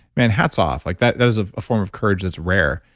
man, hats off. like that that is a form of courage, that's rare.